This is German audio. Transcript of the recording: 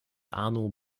arno